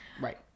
Right